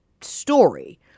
story